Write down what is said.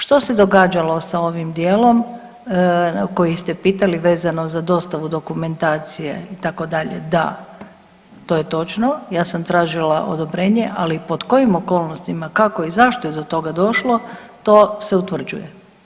Što se događalo sa ovim dijelom koji ste pitali vezano za dostavu dokumentacije itd., da, to je točno ja sam tražila odobrenje, ali pod kojim okolnostima, kako i zašto je do toga došlo, to se utvrđuje.